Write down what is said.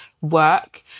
work